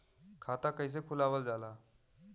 खाता कइसे खुलावल जाला?